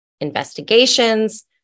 investigations